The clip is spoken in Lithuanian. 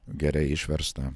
gerai išversta